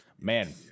man